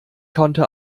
konnte